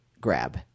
grab